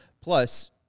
Plus